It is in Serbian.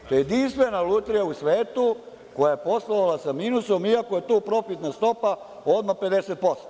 To je jedinstvena lutrija u svetu koja je poslovala sa minusom, iako je tu profitna stopa odmah 50%